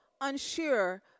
unsure